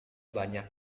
banyak